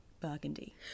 burgundy